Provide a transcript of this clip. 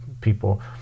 people